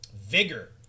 Vigor